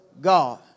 God